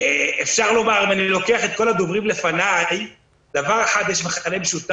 בתרגיל פנדמיה, אחת המסקנות